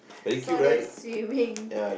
saw them swimming